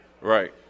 Right